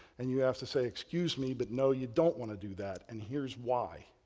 and you have to say excuse me but no you don't want to do that and here's why.